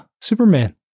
superman